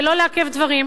ולא לעכב דברים.